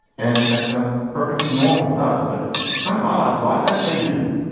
and that sounds perfectly normal to us, but it's kind of odd. why do i say do?